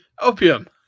opium